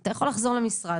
אתה יכול לחזור למשרד,